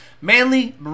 Manly